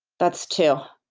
that's two